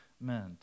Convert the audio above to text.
meant